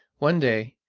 one day,